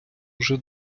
уже